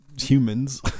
humans